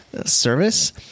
service